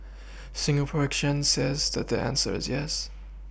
Singapore exchange says that the answer is yes